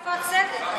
איפה הצדק.